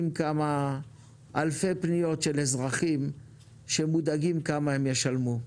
כמה אלפי פניות של אזרחים שמודאגים מהסכום אותו הם ישלמו.